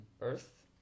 Earth